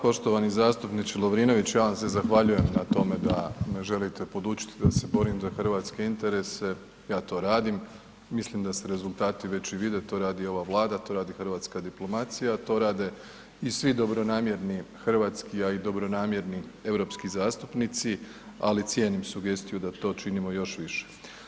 Poštovani zastupniče Lovrinović, ja vam se zahvaljujem na tome da me želite podučit da se borim za hrvatske interese, ja to radim, mislim da se rezultati već i vide, to radi ova Vladi, to radi hrvatska diplomacija, to rade i svi dobronamjerni hrvatski, a i dobronamjerni europski zastupnici, ali cijenim sugestiju da to činimo još više.